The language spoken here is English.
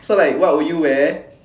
so like what would you wear